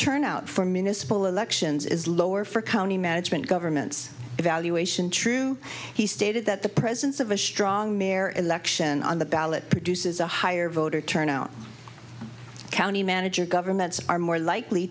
turnout for municipal elections is lower for county management government's evaluation true he stated that the presence of a strong mare election on the ballot produces a higher voter turnout county manager governments are more likely